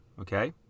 Okay